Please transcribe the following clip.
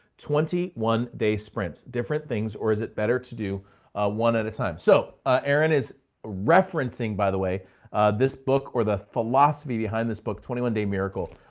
twenty one day sprints, different things, things, or is it better to do a one at a time? so ah aaron is referencing, by the way this book or the philosophy behind this book, twenty one day miracle.